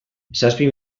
zazpi